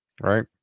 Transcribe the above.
Right